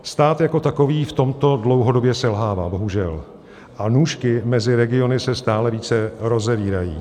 Stát jako takový v tomto dlouhodobě selhává, bohužel, a nůžky mezi regiony se stále více rozevírají.